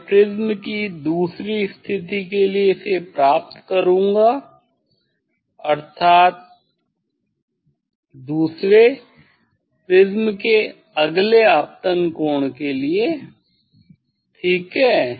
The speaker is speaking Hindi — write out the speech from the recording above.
मैं प्रिज्म की दूसरी स्थिति के लिए इसे प्राप्त करूंगा अर्थात दूसरे प्रिज्म के अगले आपतन कोण के लिए के लिए ठीक है